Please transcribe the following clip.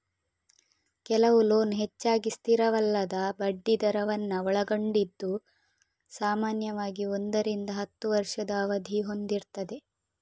ಕೆಲವು ಲೋನ್ ಹೆಚ್ಚಾಗಿ ಸ್ಥಿರವಲ್ಲದ ಬಡ್ಡಿ ದರವನ್ನ ಒಳಗೊಂಡಿದ್ದು ಸಾಮಾನ್ಯವಾಗಿ ಒಂದರಿಂದ ಹತ್ತು ವರ್ಷದ ಅವಧಿ ಹೊಂದಿರ್ತದೆ